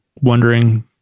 wondering